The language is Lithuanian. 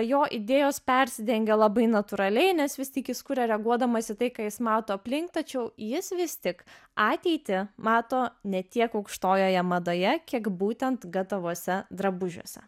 jo idėjos persidengia labai natūraliai nes vis tik is kuria reaguodamas į tai ką jis mato aplink tačiau jis vis tik ateitį mato ne tiek aukštojoje madoje kiek būtent gatavuose drabužiuose